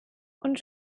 und